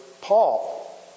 Paul